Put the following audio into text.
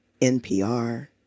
NPR